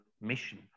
mission